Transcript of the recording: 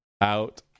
out